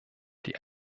die